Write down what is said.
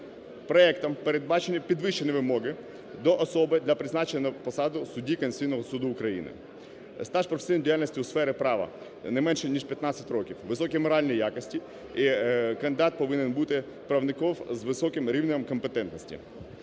Проектом передбачені підвищені вимоги до особи для призначення на посаду судді Конституційного Суду України: стаж професійної діяльності у сфері права – не менше, ніж 15 років; високі моральні якості. І кандидат повинен бути правником з високим рівнем компетентності.